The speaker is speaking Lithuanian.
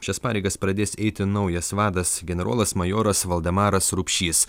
šias pareigas pradės eiti naujas vadas generolas majoras valdemaras rupšys